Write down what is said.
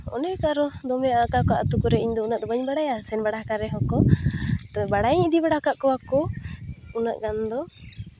ᱚᱱᱮᱠ ᱟᱨᱚ ᱫᱚᱢᱮ ᱚᱠᱟᱠᱚ ᱟᱛᱳ ᱠᱚᱨᱮ ᱤᱧ ᱫᱚ ᱩᱱᱟᱹᱜ ᱫᱚ ᱵᱟᱹᱧ ᱵᱟᱲᱟᱭᱟ ᱥᱮᱱ ᱵᱟᱲᱟ ᱠᱟᱱ ᱨᱮᱦᱚᱸ ᱠᱚ ᱛᱚ ᱵᱟᱲᱟᱭᱟᱹᱧ ᱤᱫᱤ ᱵᱟᱲᱟ ᱠᱟᱜ ᱠᱚᱣᱟ ᱠᱚ ᱩᱱᱟᱹᱜ ᱜᱟᱱᱫᱚ